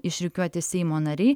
išrikiuoti seimo nariai